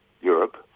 Europe